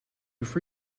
for